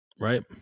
Right